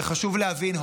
וחשוב להבין,